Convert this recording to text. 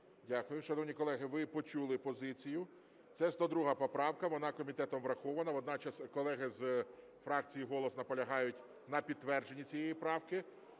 Дякую. Шановні колеги, ви почули позицію. Це 102 поправка, вона комітетом врахована, водночас колеги з фракції "Голос" наполягають на підтвердженні цієї правки.